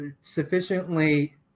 sufficiently